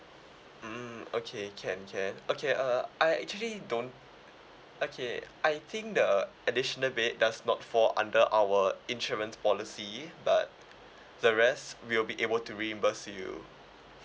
mm okay can can okay uh I actually don't okay I think the additional bed does not fall under our insurance policy but the rest we'll be able to reimburse you